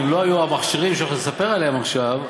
אם לא היו המכשירים שנספר עליהם עכשיו,